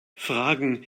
fragen